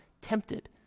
tempted